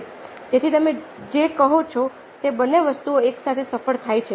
તેથી તમે જે કહો છો તે બંને વસ્તુઓ એકસાથે સફળ થાય છે